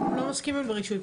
הם לא מסכימים לרישוי פרטני.